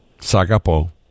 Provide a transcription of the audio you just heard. Sagapo